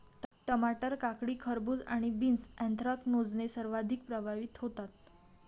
टमाटर, काकडी, खरबूज आणि बीन्स ऍन्थ्रॅकनोजने सर्वाधिक प्रभावित होतात